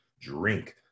drink